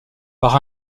par